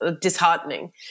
disheartening